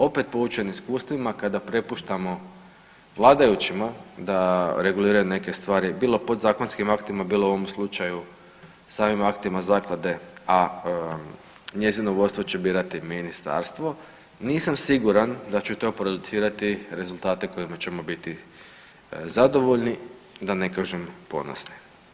Opet poučeni iskustvima kada prepuštamo vladajućima da reguliraju neke stvari bilo podzakonskim aktima, bilo u ovom slučaju samim aktima zaklade, a njezino vodstvo će birati ministarstvo nisam siguran da će to producirati rezultati kojima ćemo biti zadovoljni, da ne kažem ponosni.